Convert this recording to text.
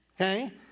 Okay